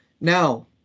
Now